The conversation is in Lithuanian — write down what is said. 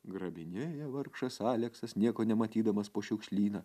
grabinėja vargšas aleksas nieko nematydamas po šiukšlyną